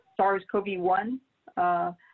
SARS-CoV-1